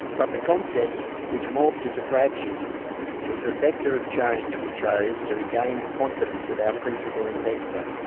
but the concept which morphed into flagships was the vector of change we chose to regain the confidence of our principal investor,